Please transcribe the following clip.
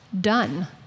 done